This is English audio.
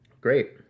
great